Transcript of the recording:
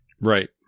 Right